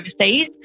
overseas